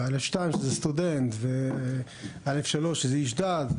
וא'2 שזה סטודנט ו-א'3 שזה איש דת,